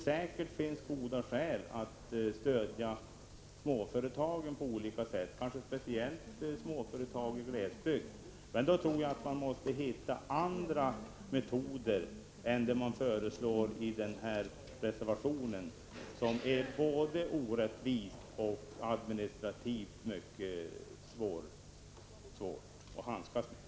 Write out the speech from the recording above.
Säkert finns det goda skäl att 27 november 1985 stödja små företag på olika sätt, kanske speciellt små företagiglesbygå Men ZIG GG då tror jag att man måste hitta andra metoder än den som föreslås i den här reservationen, för den är både orättvis och administrativt mycket svår att handskas med.